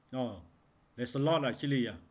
oh there's a lot actually ya